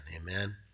Amen